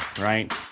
right